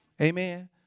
Amen